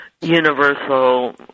universal